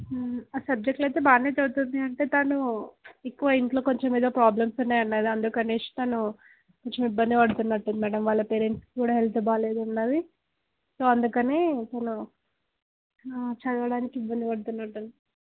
ఆ సబ్జెక్ట్లు అయితే బానే చదువుతుంది తను ఎక్కువ ఇంట్లో కొంచెం ఏదో ప్రాబ్లమ్స్ ఉన్నాయి అన్నది అందుకనేసి తను కొంచెం ఇబ్బంది పడుతున్నట్టుంది మ్యాడం వాళ్ళ పేరెంట్స్కి కూడా హెల్త్ బాగాలేదన్నది సో అందుకని తను చదవడానికి ఇబ్బంది పడుతున్నట్టుంది